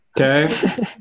Okay